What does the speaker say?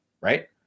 Right